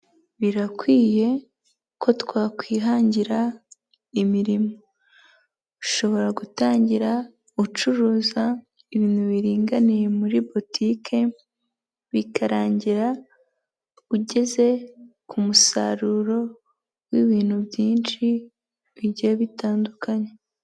Birakwiye ko twakwihangira imirimo, ushobora gutangira ucuruza ibintu biringaniye muri butike, bikarangira ugeze ku musaruro w'ibintu byinshi bigiye bitandukanye.